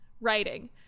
writing